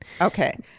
Okay